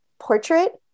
portrait